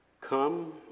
come